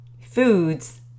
foods